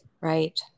right